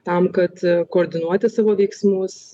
tam kad koordinuoti savo veiksmus